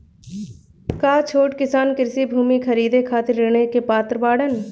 का छोट किसान कृषि भूमि खरीदे खातिर ऋण के पात्र बाडन?